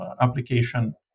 application